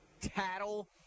tattle